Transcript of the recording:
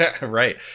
Right